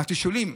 התשאולים.